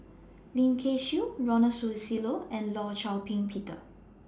Lim Kay Siu Ronald Susilo and law Shau Ping Peter